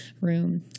room